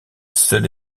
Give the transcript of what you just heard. seule